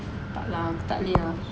tak lah aku tak boleh ah